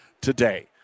today